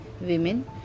Women